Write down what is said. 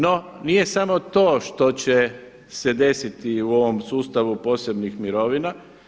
No, nije samo to što će se desiti u ovom sustavu posebnih mirovina.